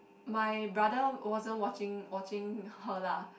my brother wasn't watching watching her lah